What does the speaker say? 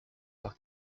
par